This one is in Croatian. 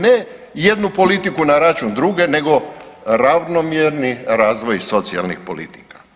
Ne jednu politiku na račun druge, nego ravnomjerni razvoj socijalnih politika.